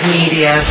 media